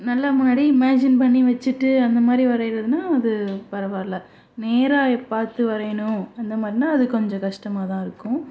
நல்லா முன்னாடி இமஜின் பண்ணி வச்சிட்டு அந்த மாதிரி வரைகிறதுனால் அது பரவாயில்ல நேராக பார்த்து வரையணும் அது மாதிரினா கொஞ்சம் கஷ்டமாக தான் இருக்கும்